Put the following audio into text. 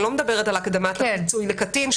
אני לא מדברת על הקדמת הפיצוי לקטין,